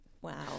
wow